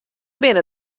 binne